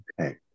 okay